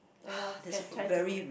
so now can try to